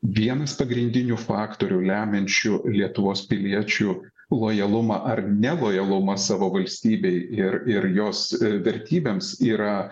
vienas pagrindinių faktorių lemiančių lietuvos piliečių lojalumą ar nelojalumą savo valstybei ir ir jos vertybėms yra